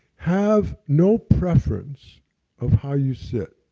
have no preference of how you sit.